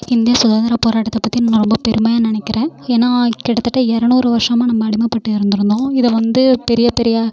இந்திய சுதந்திர போராட்டத்தை பற்றி நான் ரொம்ப பெருமையாக நினைக்கிறன் ஏன்னால் கிட்டத்தட்ட இருநூறு வருஷமாக நம்ம அடிமைப்பட்டு இருந்திருந்தோம் இதை வந்து பெரிய பெரிய